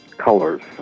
colors